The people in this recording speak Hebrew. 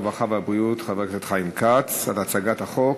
הרווחה והבריאות חבר הכנסת חיים כץ על הצגת החוק.